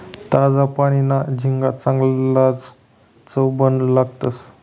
ताजा पानीना झिंगा चांगलाज चवबन लागतंस